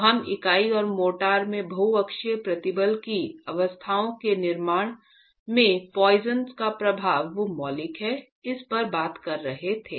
तो हम इकाई और मोर्टार में बहुअक्षीय प्रतिबल की अवस्थाओं के निर्माण में पोइसन का प्रभाव मौलिक है इस पर बात कर रहे थे